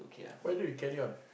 why don't you carry on